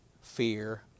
fear